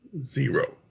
Zero